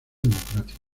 democrática